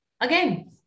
Again